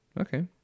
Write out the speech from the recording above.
Okay